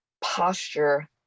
posture